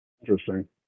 Interesting